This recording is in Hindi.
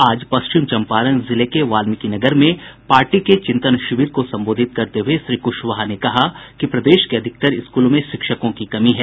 आज पश्चिम चम्पारण जिले के वाल्मिकीनगर में पार्टी के चिंतन शिविर को संबोधित करते हुए श्री कुशवाहा ने कहा कि प्रदेश के अधिकतर स्कूलों में शिक्षकों की कमी है